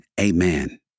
amen